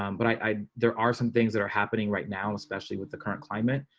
um but i, there are some things that are happening right now, especially with the current climate.